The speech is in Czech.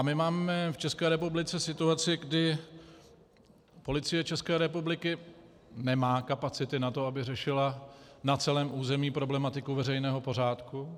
My máme v České republice situaci, kdy Policie České republiky nemá kapacity na to, aby řešila na celém území problematiku veřejného pořádku.